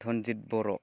Dhanjit Bodo